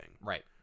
Right